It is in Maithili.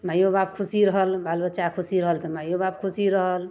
मइओ बाप खुशी रहल बाल बच्चा खुशी रहल तऽ माइओ बाप खुशी रहल